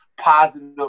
positive